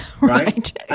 Right